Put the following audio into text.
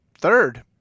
third